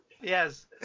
Yes